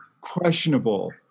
questionable